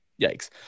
Yikes